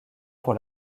pour